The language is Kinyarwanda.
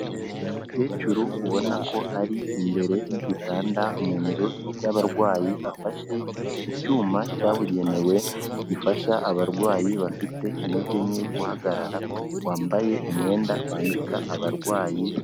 Umukecuru ubona ko ari imbere y'igitanda mu nzu y'abarwayi afashe icyuma cyabugenewe, gifasha abarwayi bafite intege nke guhagarara, wambaye umwenda bambika abarwayi.